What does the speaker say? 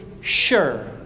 Sure